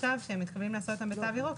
עכשיו כשהם מתכוונים לעשות אותם בתו ירוק,